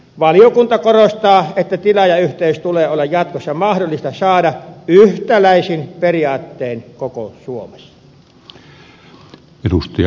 valiokunta korostaa että tilaajayhteys tulee olla jatkossa mahdollista saada yhtäläisin periaattein koko suomessa